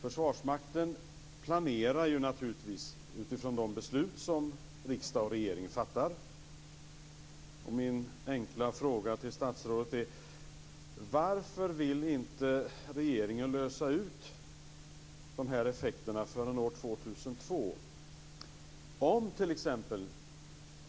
Försvarsmakten planerar naturligtvis utifrån de beslut som riksdag och regering fattar. Min enkla fråga till statsrådet är: Varför vill inte regeringen lösa ut de här effekterna förrän år 2002? Om t.ex.